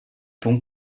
punt